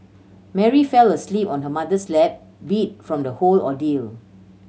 Mary fell asleep on her mother's lap beat from the whole ordeal